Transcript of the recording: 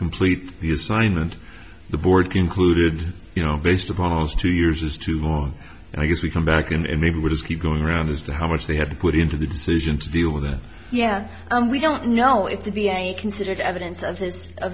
complete the assignment the board concluded you know based upon almost two years is too long and i guess we come back and maybe we'll just keep going around as to how much they have to put into the decision to deal with it yeah we don't know it to be any considered evidence of his